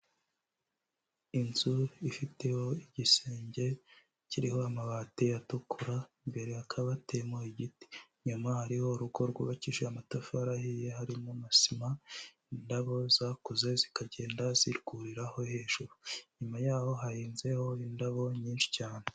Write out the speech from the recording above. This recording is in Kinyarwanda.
Inzu ifiteho igisenge kiriho amabati atukura, imbere hakaba hateyemo igiti. Iyuma hariho urugo rwubakishije amatafari ahiye harimo na sima, indabo zakuze zikagenda zikubiraho hejuru. Inyuma yaho hahinzeho indabo nyinshi cyane.